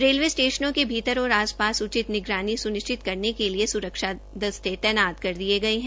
railway स्टेश्नों के भीतर और आस पास उचित निगरानी सुनिश्चित करने के लिए सुरक्षा दस्ते तैनात कर दिये गये है